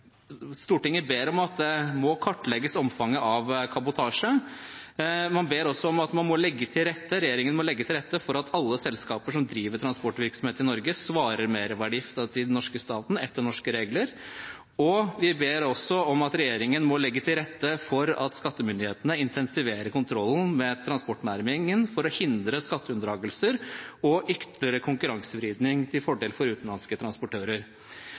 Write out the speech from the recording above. Stortinget ber regjeringen «kartlegge omfanget av kabotasje». Man ber om at regjeringen må «legge til rette for at alle selskaper som driver transportvirksomhet i Norge, svarer merverdiavgift til den norske staten etter norske regler», og vi ber også om at regjeringen må «legge til rette for at skattemyndighetene intensiverer kontrollen med transportnæringen for å hindre skatteunndragelser og ytterligere konkurransevridning til fordel for utenlandske transportører».